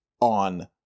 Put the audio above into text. on